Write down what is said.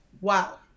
wow